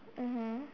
mmhmm